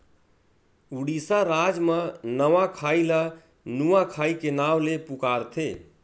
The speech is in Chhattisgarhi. उड़ीसा राज म नवाखाई ल नुआखाई के नाव ले पुकारथे